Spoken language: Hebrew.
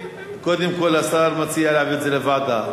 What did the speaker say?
קודם כול, השר מציע להעביר את זה לוועדה.